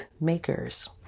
makers